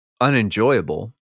unenjoyable